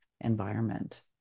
environment